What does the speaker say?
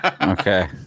Okay